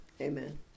Amen